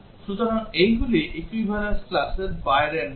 সুতরাং এইগুলি equivalence classর বাইরে মান